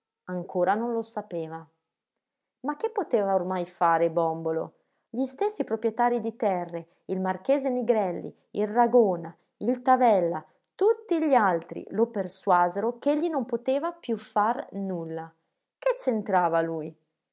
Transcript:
ancora non lo sapeva ma che poteva ormai fare bòmbolo gli stessi proprietarii di terre il marchese nigrelli il ragona il tavella tutti gli altri lo persuasero ch'egli non poteva più far nulla che c'entrava lui